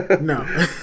No